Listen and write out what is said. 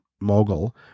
mogul